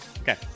Okay